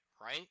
right